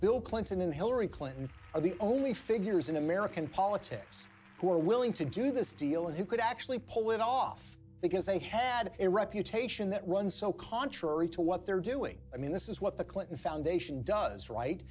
bill clinton and hillary clinton are the only figures in american politics who are willing to do this deal and who could actually pull it off because they had a reputation that runs so contrary to what they're doing i mean this is what the clinton foundation does right